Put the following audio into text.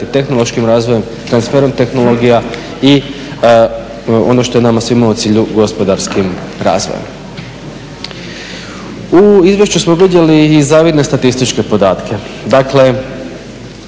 tehnološkim razvojem, transferom tehnologija i ono što je nama svima u cilju gospodarskim razvojem. U izvješću smo vidjeli i zavidne statističke podatke. Dakle,